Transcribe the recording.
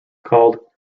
called